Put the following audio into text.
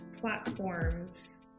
platforms